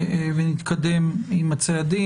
להיום ונתקדם עם הצעדים.